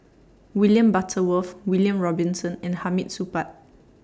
William Butterworth William Robinson and Hamid Supaat